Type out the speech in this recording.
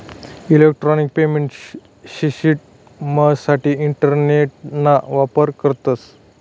electronic payment शिश्टिमसाठे इंटरनेटना वापर करतस